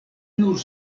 nur